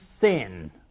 sin